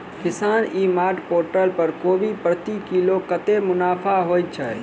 किसान e mart portal पर कोबी प्रति किलो कतै मुनाफा होइ छै?